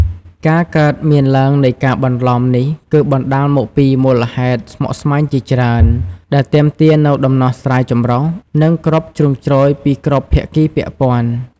ការកើតមានឡើងនៃការបន្លំនេះគឺបណ្ដាលមកពីមូលហេតុស្មុគស្មាញជាច្រើន ដែលទាមទារនូវដំណោះស្រាយចម្រុះ និងគ្រប់ជ្រុងជ្រោយពីគ្រប់ភាគីពាក់ព័ន្ធ។